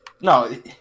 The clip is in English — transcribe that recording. No